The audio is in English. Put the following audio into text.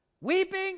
weeping